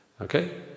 Okay